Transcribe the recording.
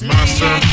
Master